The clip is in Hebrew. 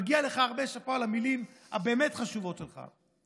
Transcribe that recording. מגיע לך הרבה שאפו על המילים החשובות באמת שלך.